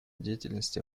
деятельности